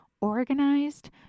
organized